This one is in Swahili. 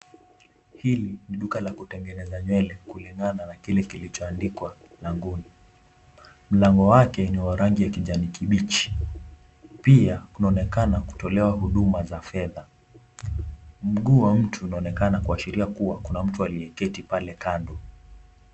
Hili ni duka la kutengeneza nywele kulingana na kile kilichoandikwa mlangoni, mlango wake ni wa rangi ya kijani kibichi pia kunaonekana kutolewa huduma za fedha, mguu wa mtu unaonekana kuashiria kuwa mtu aliyeketi hapo kando.